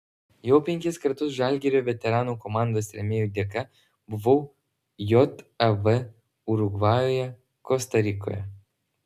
jau penkis kartus žalgirio veteranų komandos rėmėjų dėka buvau jav urugvajuje kosta rikoje